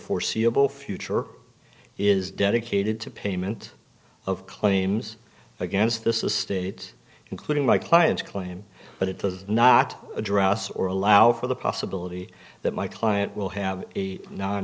foreseeable future is dedicated to payment of claims against this the state including my clients claim but it does not address or allow for the possibility that my client will have a non